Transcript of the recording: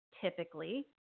typically